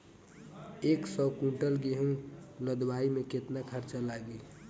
एक सौ कुंटल गेहूं लदवाई में केतना खर्चा लागी?